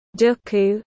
Duku